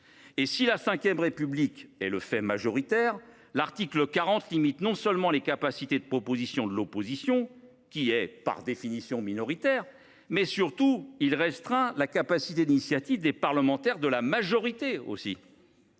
? Si la V République est le fait majoritaire, l’article 40 non seulement limite les capacités de proposition de l’opposition, par définition minoritaire, mais, surtout, restreint la capacité d’initiative des parlementaires de la majorité.